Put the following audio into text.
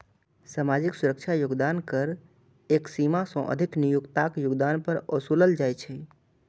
सामाजिक सुरक्षा योगदान कर एक सीमा सं अधिक नियोक्ताक योगदान पर ओसूलल जाइ छै